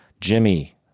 Jimmy